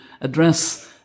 address